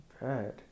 bad